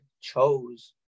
chose